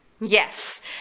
Yes